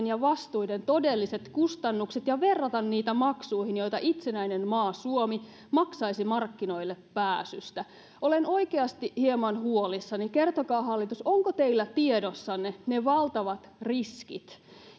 ja vastuiden todelliset kustannukset ja verrata niitä maksuihin joita itsenäinen maa suomi maksaisi markkinoille pääsystä olen oikeasti hieman huolissani kertokaa hallitus onko teillä tiedossanne ne valtavat riskit